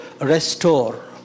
restore